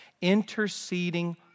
interceding